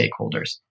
stakeholders